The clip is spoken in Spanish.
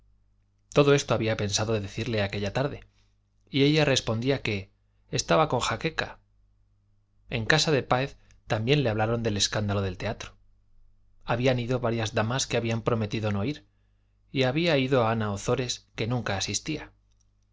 todo esto había pensado decirle aquella tarde y ella respondía que estaba con jaqueca en casa de páez también le hablaron del escándalo del teatro habían ido varias damas que habían prometido no ir y había ido ana ozores que nunca asistía